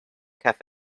cafe